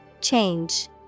Change